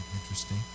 interesting